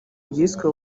byiswe